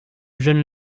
jeune